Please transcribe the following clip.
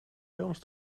films